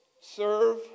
serve